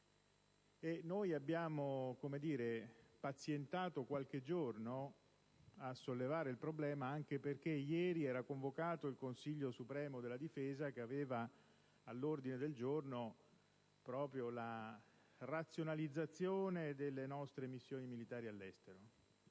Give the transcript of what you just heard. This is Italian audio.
Noi abbiamo pazientato qualche giorno prima di sollevare il problema, anche perché ieri era convocato il Consiglio supremo di difesa, che aveva all'ordine del giorno proprio la razionalizzazione delle nostre missioni militari all'estero.